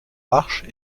arches